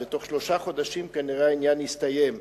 ובתוך שלושה חודשים כנראה העניין יסתיים.